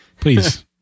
Please